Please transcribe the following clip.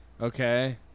Okay